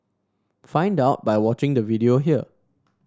find out by watching the video here